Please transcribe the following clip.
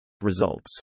Results